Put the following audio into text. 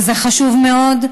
וזה חשוב מאוד.